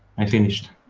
i finished.